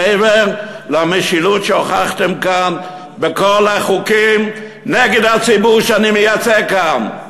מעבר למשילות שהוכחתם כאן בכל החוקים נגד הציבור שאני מייצג כאן,